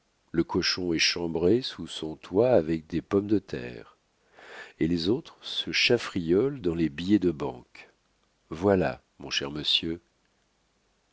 le cochon est chambré sous son toit avec des pommes de terre et les autres se chafriolent dans les billets de banque voilà mon cher monsieur